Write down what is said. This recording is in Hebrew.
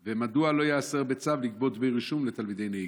2. מדוע לא ייאסר בצו לגבות דמי רישום מתלמידי נהיגה?